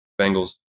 Bengals